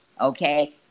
Okay